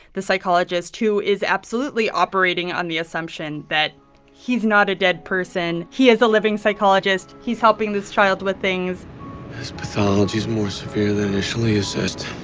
the psychologist, who is absolutely operating on the assumption that he's not a dead person, he is a living psychologist, he's helping this child with things his pathology is more severe than initially assessed.